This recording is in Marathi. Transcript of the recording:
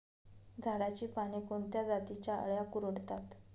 झाडाची पाने कोणत्या जातीच्या अळ्या कुरडतात?